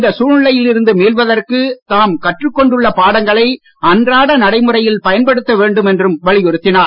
இந்த சூழ்நிலையில் இருந்து மீள்வதற்கு தாம் கற்றுக் கொண்டுள்ள பாடங்களை அன்றாட நடைமுறையில் பயன்படுத்த வேண்டும் என்றும் வலியுறுத்தியுள்ளார்